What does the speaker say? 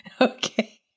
Okay